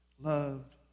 Loved